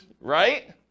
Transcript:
right